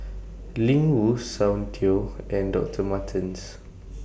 Ling Wu Soundteoh and Doctor Martens